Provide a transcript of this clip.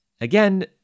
again